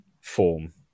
form